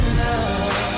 love